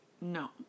No